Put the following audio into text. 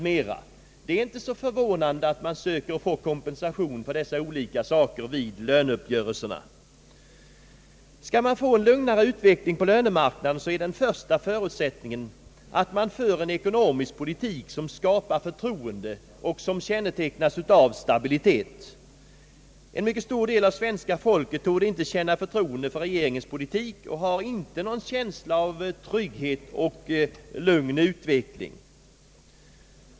m, Det är inte så förvånande att man försöker få kompensation för dessa olika faktorer vid löneuppgörelserna. Om man skall få till stånd en lugnare utveckling på lönemarknaden är den första förutsättningen att man för en ekonomisk politik, som skapar förtroende och som kännetecknas av stabilitet. En mycket stor del av svenska folket torde inte känna förtroende för regeringens politik och har inte någon känsla av trygghet och lugn utveckling.